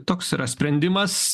toks yra sprendimas